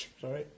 Sorry